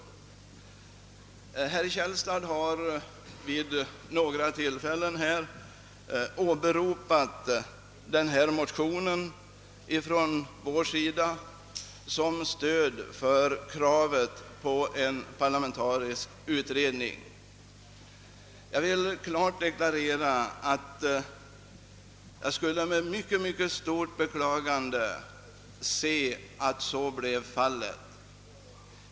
Herr Källstad har vid några tillfällen åberopat denna motion som ett stöd för kravet på en parlamentarisk utredning. Jag vill klart deklarera, att jag med stort beklagande skulle se att en sådan utredning kom till stånd.